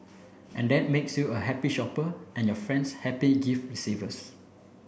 and that makes you a happy shopper and your friends happy gift receivers